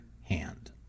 hand